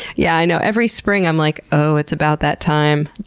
yeah you know every spring i'm like, oh, it's about that time.